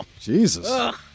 Jesus